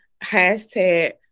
hashtag